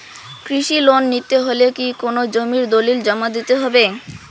কৃষি লোন নিতে হলে কি কোনো জমির দলিল জমা দিতে হবে?